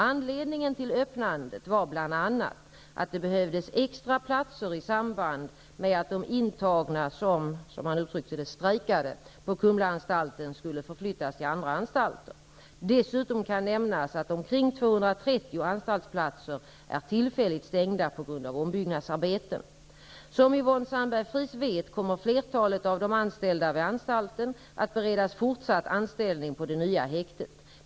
Anledningen till öppnandet var bl.a. att det behövdes extra platser i samband med att de intagna som strejkade på Kumlaanstalten skulle förflyttas till andra anstalter. Dessutom kan nämnas att omkring 230 anstaltsplatser är tillfälligt stängda på grund av ombyggnadsarbeten. Som Yvonne Sandberg-Fries vet kommer flertalet av de anställda vid anstalten att beredas fortsatt anställning på det nya häktet.